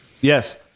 Yes